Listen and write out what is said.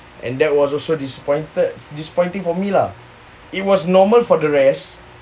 and that was also disappointed disappointing for me lah it was normal for the rest